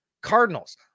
Cardinals